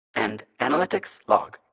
and analytics log